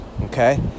okay